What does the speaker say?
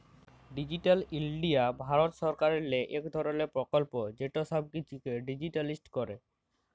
digital India Bharat সরকারেরলে ইক ধরলের পরকল্প যেট ছব কিছুকে ডিজিটালাইস্ড ক্যরে